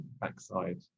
backside